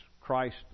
Christ